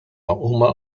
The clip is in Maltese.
huma